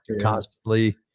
Constantly